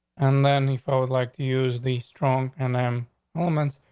and then if i would like to use the strong and then moments,